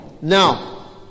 now